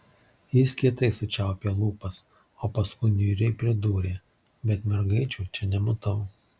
jis kietai sučiaupė lūpas o paskui niūriai pridūrė bet mergaičių čia nematau